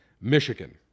Michigan